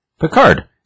Picard